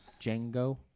Django